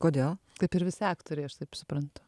kodėl kaip ir visi aktoriai aš taip suprantu